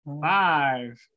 Five